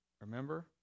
Remember